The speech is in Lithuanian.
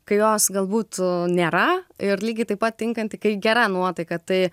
kai jos galbūt nėra ir lygiai taip pat tinkanti kai gera nuotaika tai